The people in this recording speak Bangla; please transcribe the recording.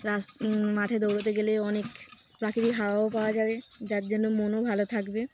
রাস মাঠে দৌড়াতে গেলে অনেক প্রাকৃতিক হাওয়াও পাওয়া যাবে যার জন্য মনও ভালো থাকবে